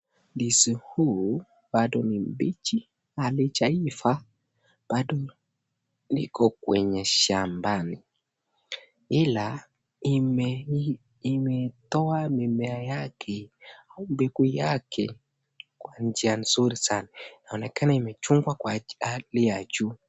Ndizi huu bado ni mbichi halijaiva, bado liko kwenye shambani, ila imetoa mimea yake au mbegu yake kwa njia nzuri sana, inaonekana imechunwa kwa hali ya juu.